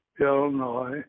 Illinois